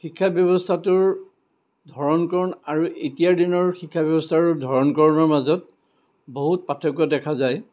শিক্ষা ব্যৱস্থাটোৰ ধৰণ কৰণ আৰু এতিয়াৰ দিনৰ শিক্ষা ব্যৱস্থাৰ আৰু ধৰণ কৰণৰ মাজত বহুত পাৰ্থক্য দেখা যায়